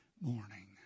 morning